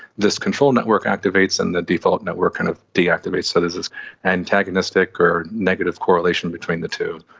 this control network activates and the default network kind of deactivates, so there's this antagonistic or negative correlation between the two.